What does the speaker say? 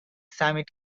summit